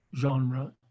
genre